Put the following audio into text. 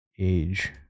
age